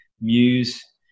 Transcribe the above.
muse